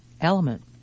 element